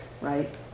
right